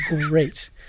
great